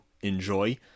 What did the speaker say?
enjoy